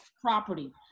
property